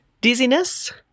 dizziness